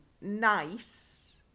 nice